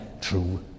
true